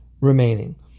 remaining